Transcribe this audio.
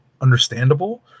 understandable